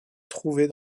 trouvés